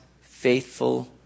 faithful